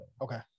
okay